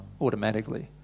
automatically